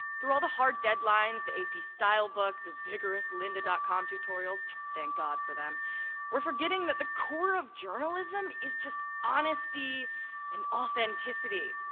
through all the hard deadlines, the ap style book, the vigorous linda dot com tutorials thank god for them we're forgetting that the core of journalism is just honesty and authenticity.